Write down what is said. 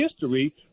history